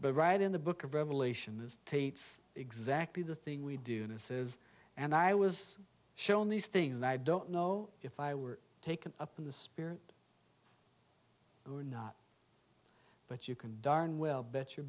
but right in the book of revelation is tate's exactly the thing we do and says and i was shown these things and i don't know if i were taken up in the spirit or not but you can darn well better your